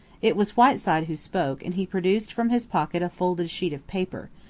it was whiteside who spoke, and he produced from his pocket a folded sheet of paper,